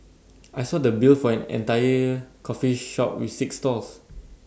I saw the bill for an entire coffee shop with six stalls